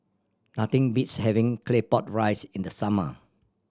nothing beats having Claypot Rice in the summer